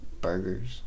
burgers